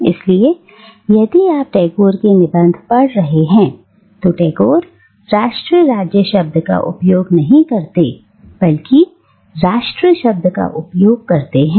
इसलिए यदि आप टैगोर के निबंध पढ़ रहे हैं तो टैगोर राष्ट्र राज्य शब्द का उपयोग नहीं करते बल्कि राष्ट्र शब्द का उपयोग करते हैं